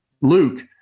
Luke